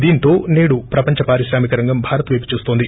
దీనితో నేడు ప్రపంచ పారిశ్రామిక రంగం భారత్ వైపు చూస్తోంది